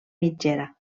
mitgera